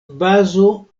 bazo